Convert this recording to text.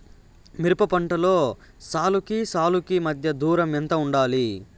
మిరప పంటలో సాలుకి సాలుకీ మధ్య దూరం ఎంత వుండాలి?